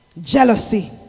jealousy